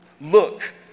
Look